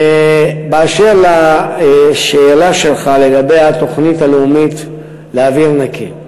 באשר לשאלה שלך לגבי התוכנית הלאומית לאוויר נקי.